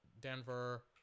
Denver